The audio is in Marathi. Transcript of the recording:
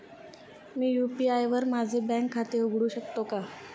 मी यु.पी.आय वर माझे बँक खाते जोडू शकतो का?